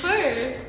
being